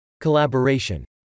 Collaboration